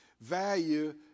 value